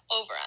over